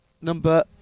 number